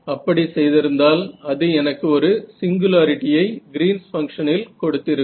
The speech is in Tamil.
அப்படி செய்திருந்தால் அது எனக்கு ஒரு சிங்குலாரிட்டியை கிரீன்ஸ் பங்ஷனில் Green's function கொடுத்திருக்கும்